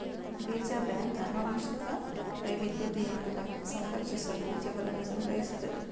ಬೀಜ ಬ್ಯಾಂಕ್ ಆನುವಂಶಿಕ ವೈವಿಧ್ಯತೆಯನ್ನು ಸಂರಕ್ಷಿಸಲು ಬೀಜಗಳನ್ನು ಸಂಗ್ರಹಿಸುತ್ತದೆ